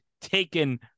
taken